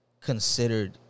considered